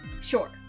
Sure